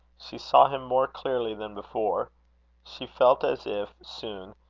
she saw him more clearly than before she felt as if, soon,